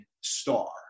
star